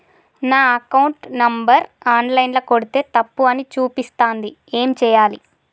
నా account number online ల కొడ్తే తప్పు అని చూపిస్తాంది ఏం చేయాలి?